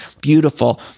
beautiful